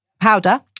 powder